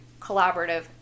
collaborative